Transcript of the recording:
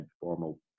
formal